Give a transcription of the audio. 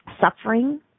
suffering